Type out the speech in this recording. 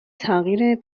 تغییر